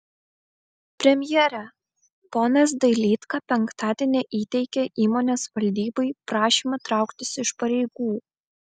premjere ponas dailydka penktadienį įteikė įmonės valdybai prašymą trauktis iš pareigų